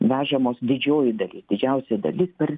vežamos didžioji dalis didžiausia dalis per